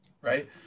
right